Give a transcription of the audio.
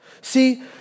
See